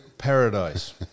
Paradise